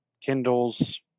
Kindles